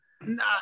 No